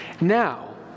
Now